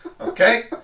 Okay